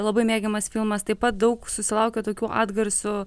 labai mėgiamas filmas taip pat daug susilaukė tokių atgarsių